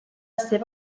seva